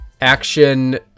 action